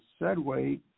Sedway